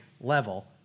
level